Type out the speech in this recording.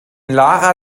lara